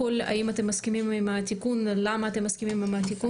האם אתם מסכימים עם התיקון ולמה אתם מסכימים עם התיקון?